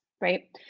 right